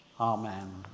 Amen